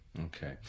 Okay